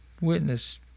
witness